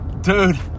Dude